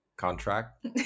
contract